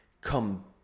come